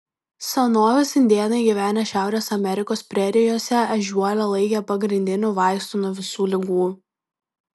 senovės indėnai gyvenę šiaurės amerikos prerijose ežiuolę laikė pagrindiniu vaistu nuo visų ligų